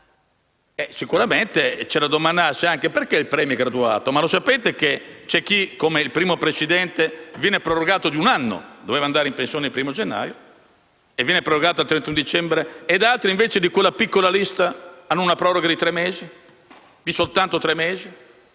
Sicuramente c'è anche da domandarsi: perché il premio è graduato? Lo sapete che c'è chi, come il primo presidente, viene prorogato di un anno (doveva andare in pensione il 1° gennaio e viene prorogato al 31 dicembre), e altri, invece, di quella piccola lista, hanno una proroga di soli tre mesi? Non soltanto, quindi